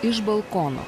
iš balkono